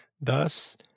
Thus